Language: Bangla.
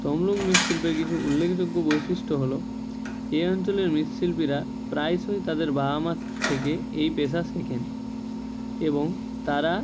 তমলুক মৃৎশিল্পে কিছু উল্লেখযোগ্য বৈশিষ্ট্য হলো এই অঞ্চলের মৃৎশিল্পিরা প্রায়শই তাদের বাবা মার থেকে এই পেশা শেখেন এবং তারা